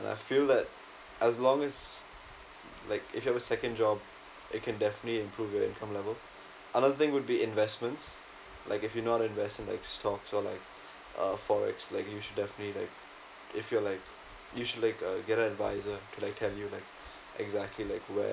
I feel that as long as like if you have a second job it can definitely improve your income level another thing would be investments like if you know how to invest in like stocks or like uh forex like you should definitely like if you are like usually uh get an advisor like can you like exactly like where